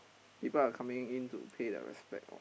people are coming in to pay their respect